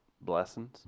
blessings